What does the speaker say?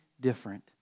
different